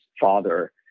father